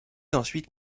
ensuite